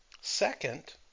Second